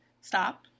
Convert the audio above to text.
stop